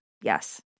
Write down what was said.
Yes